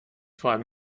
frage